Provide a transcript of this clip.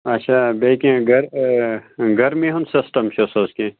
آچھا بیٚیہِ کیٚنٛہہ گر گَرمی ہُنٛد سِسٹَم چھُس حظ کیٚنٛہہ